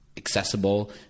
accessible